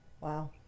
wow